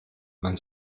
man